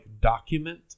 document